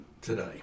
today